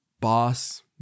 boss